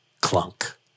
clunk